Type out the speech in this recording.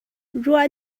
ruah